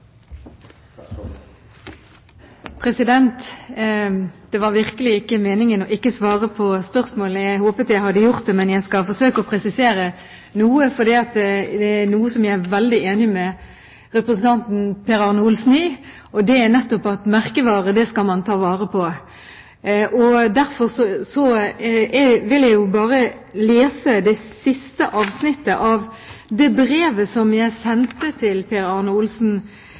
Det var virkelig ikke meningen ikke å svare på spørsmålet. Jeg håpet jeg hadde gjort det. Men jeg skal forsøke å presisere dette noe, for det er noe jeg er veldig enig med representanten Per Arne Olsen i, og det er nettopp at merkevarer skal man ta vare på. Derfor vil jeg bare lese det siste avsnittet av det brevet som jeg sendte til Per Arne Olsen